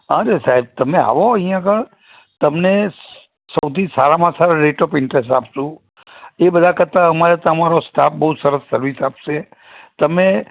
હાં તે સાહેબ તમે આવો અહીં આગળ તમને સૌથી સારામાં સારા રેટ ઓફ ઇન્ટરેસ્ટ આપશું એ બધા કરતાં અમારે તમારો સ્ટાફ બહુ સરસ સર્વિસ આપશે તમે